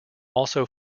also